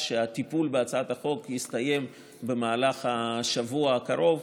שהטיפול בהצעת החוק יסתיים במהלך השבוע הקרוב,